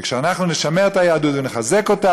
וכשאנחנו נשמר את היהדות ונחזק אותה